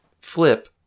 flip